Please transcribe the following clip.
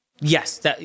Yes